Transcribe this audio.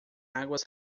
águas